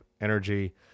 energy